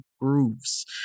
grooves